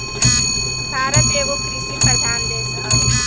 भारत एगो कृषि प्रधान देश हवे